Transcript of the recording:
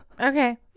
Okay